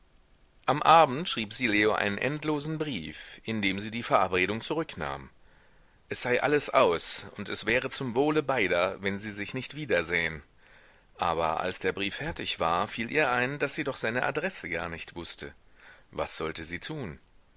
am abend schrieb sie leo einen endlosen brief in dem sie die verabredung zurücknahm es sei alles aus und es wäre zum wohle beider wenn sie sich nicht wiedersähen aber als der brief fertig war fiel ihr ein daß sie doch seine adresse gar nicht wußte was sollte sie tun